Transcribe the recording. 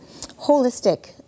holistic